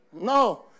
No